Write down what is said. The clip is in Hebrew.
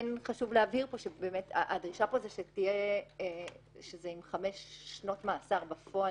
כן חשוב להבהיר שהדרישה פה שזה עם חמש שנות מאסר בפועל,